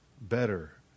better